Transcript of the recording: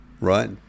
right